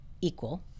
equal